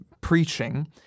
preaching